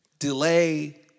Delay